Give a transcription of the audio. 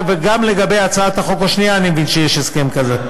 גם לגבי הצעת החוק השנייה אני מבין שיש הסכם כזה.